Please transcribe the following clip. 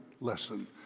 lesson